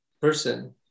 person